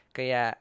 kaya